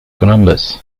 columbus